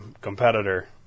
competitor